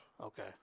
Okay